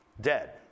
dead